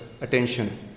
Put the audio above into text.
attention